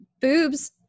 boobs